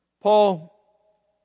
Paul